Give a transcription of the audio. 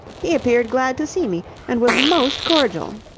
he appeared glad to see me and was most cordial.